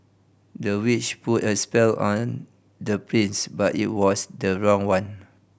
the witch put a spell on the prince but it was the wrong one